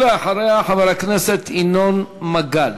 ואחריה, חבר הכנסת ינון מגל.